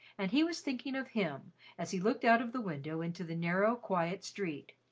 and he was thinking of him as he looked out of the window into the narrow, quiet street.